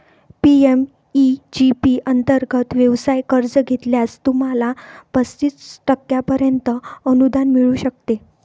PMEG P अंतर्गत व्यवसाय कर्ज घेतल्यास, तुम्हाला पस्तीस टक्क्यांपर्यंत अनुदान मिळू शकते